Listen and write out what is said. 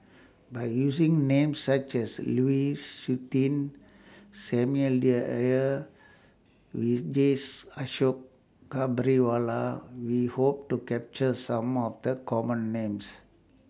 By using Names such as Lu Suitin Samuel Dyer Vijesh Ashok Ghariwala We Hope to capture Some of The Common Names